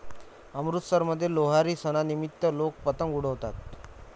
अमृतसरमध्ये लोहरी सणानिमित्त लोक पतंग उडवतात